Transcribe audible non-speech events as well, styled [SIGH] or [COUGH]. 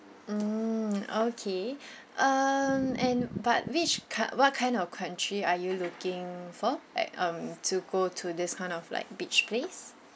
mm okay [BREATH] um and but which coun~ what kind of country are you looking for at um to go to this kind of like beach place